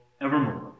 evermore